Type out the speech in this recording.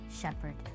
Shepherd